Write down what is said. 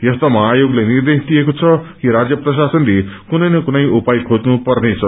यस्तोमा आयोगले निर्देश्रा दिएको छ कि राज्य प्रशासनले कुनै न कुनै उपाय खोञ्नुपर्नेछ